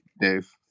Dave